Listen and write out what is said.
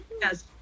yes